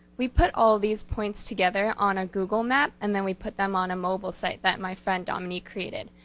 we put all these points together on a google map, and then we put them on a mobile site that my friend dominique created.